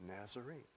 Nazarene